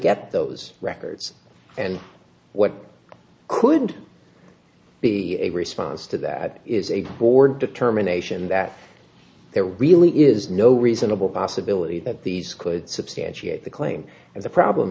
get those records and what could be a response to that is a board determination that there really is no reasonable possibility that these could substantiate the claim and the problem